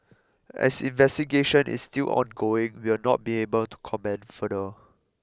as investigation is still ongoing we will not be able to comment further